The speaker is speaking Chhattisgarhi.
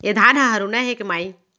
ए धान ह हरूना हे के माई?